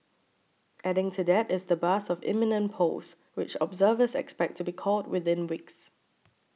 adding to that is the buzz of imminent polls which observers expect to be called within weeks